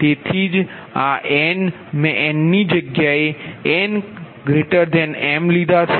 તેથી જ આ n મેં n ની જગ્યાએ n m લીધા છે